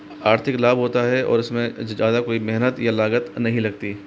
आर्थिक लाभ होता है और उसमें ज़्यादा कोई मेहनत या लागत नहीं लगती